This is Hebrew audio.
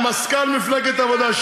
מזכ"ל מפלגת העבודה,